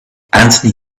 anthony